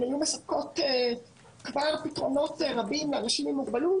הן היו מספקות פתרונות רבים לאנשים עם מוגבלות